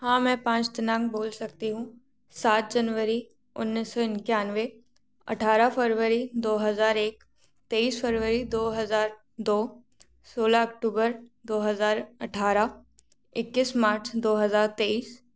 हाँ मैं पाँच दिनांक बोल सकती हूँ सात जनवरी उन्नीस सौ इक्यानवे अठारह फरवरी दो हज़ार एक तेईस फरवरी दो हज़ार दो सोलह अक्टूबर दो हज़ार अठारह इक्कीस मार्च दो हज़ार तेईस